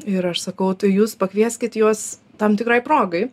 ir aš sakau tai jūs pakvieskit juos tam tikrai progai